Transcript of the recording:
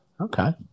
okay